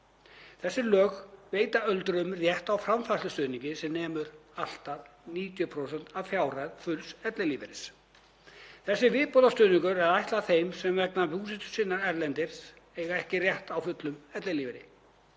Þau lög veita öldruðum rétt á framfærslustuðningi sem nemur allt að 90% af fjárhæð fulls ellilífeyris. Þessi viðbótarstuðningur er ætlaður þeim sem vegna búsetu sinnar erlendis eiga ekki rétt á fullum ellilífeyri.